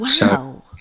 Wow